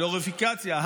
גלוריפיקציה,